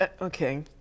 Okay